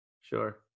Sure